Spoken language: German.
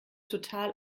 total